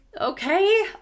Okay